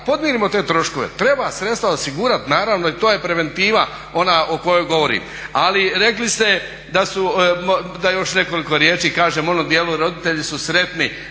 podmirimo te troškove, treba sredstva osigurati, naravno i to je preventiva ona o kojoj govorim. Ali rekli ste da su, da još nekoliko riječi kažem o onom dijelu, roditelji su sretni